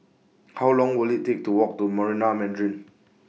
How Long Will IT Take to Walk to Marina Mandarin